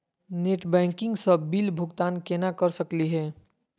Net banking स bill भुगतान केना कर सकली हे?